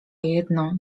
jedno